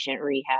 rehab